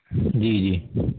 جی جی